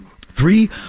three